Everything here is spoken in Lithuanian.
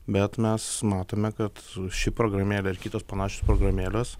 bet mes matome kad ši programėlė ir kitos panašios programėlės